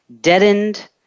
deadened